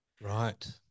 Right